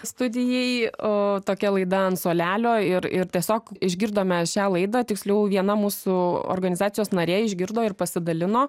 studijai o tokia laida ant suolelio ir ir tiesiog išgirdome šią laidą tiksliau viena mūsų organizacijos narė išgirdo ir pasidalino